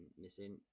missing